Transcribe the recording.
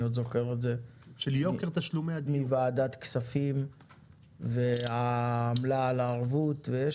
אני עוד זוכר את זה עם וועדת הכספים והעמלה על הערבות ויש